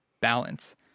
balance